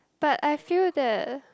but I feel that